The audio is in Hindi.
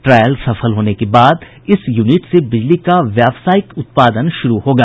ट्रायल सफल होने के बाद इस यूनिट से बिजली का व्यावसायिक उत्पादन शुरू होगा